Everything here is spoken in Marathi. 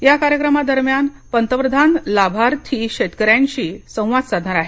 या कार्यक्रमादरम्यान पंतप्रधान लाभार्थी शेतकऱ्यांशी संवादही साधणार आहेत